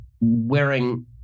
wearing